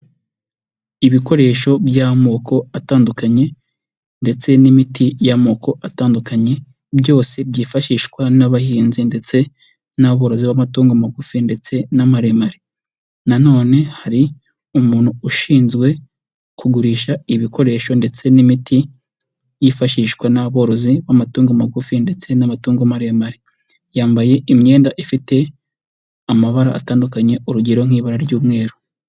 Ibikoresho by'amoko atandukanye ndetse n'imiti y'amoko atandukanye, byose byifashishwa n'abahinzi ndetse n'aborozi b'amatungo magufi ndetse n'amaremare. Na none hari umuntu ushinzwe kugurisha ibikoresho ndetse n'imiti yifashishwa n'aborozi b'amatungo magufi ndetse n'amatungo maremare. Yambaye imyenda ifite amabara atandukanye urugero nk'ibara ry'umweru.